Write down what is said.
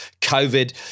Covid